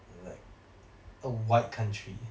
like white country